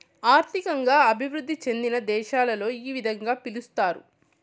ఆర్థికంగా అభివృద్ధి చెందిన దేశాలలో ఈ విధంగా పిలుస్తారు